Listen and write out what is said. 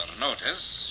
notice